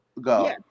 go